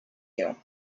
you